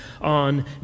on